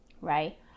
right